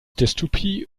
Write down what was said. dystopie